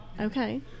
okay